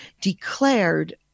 declared